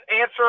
answer